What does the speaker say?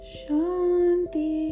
Shanti